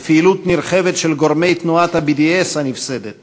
לפעילות נרחבת של גורמי תנועת ה-BDS הנפסדת